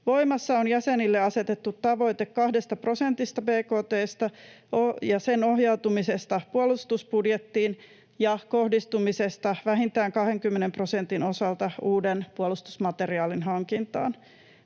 Voimassa on jäsenille asetettu tavoite 2 prosentista bkt:stä ja sen ohjautumisesta puolustusbudjettiin ja kohdistumisesta vähintään 20 prosentin osalta uuden puolustusmateriaalin hankintaan.